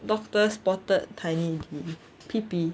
doctor spotted tiny P_P